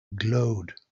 glowed